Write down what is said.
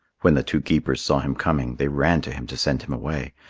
when the two keepers saw him coming, they ran to him to send him away,